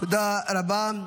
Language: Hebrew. תודה רבה.